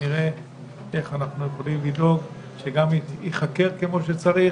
נראה איך אנחנו יכולים לדאוג שזה ייחקר כמו שצריך